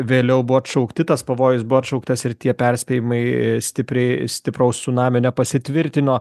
vėliau buvo atšaukti tas pavojus buvo atšauktas ir tie perspėjimai stipriai stipraus cunamio nepasitvirtino